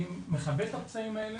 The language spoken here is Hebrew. אני מכבה את הפצעים האלה,